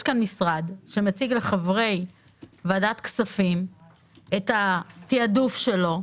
יש פה משרד שמציג לחברי ועדת כספים את התעדוף שלו,